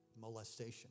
molestation